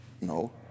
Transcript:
No